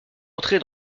entrer